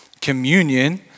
Communion